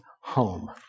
home